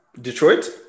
Detroit